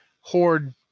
horde